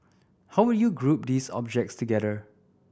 how would you group these objects together